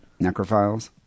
necrophiles